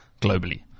globally